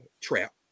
trap